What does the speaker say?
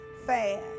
fast